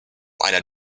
einer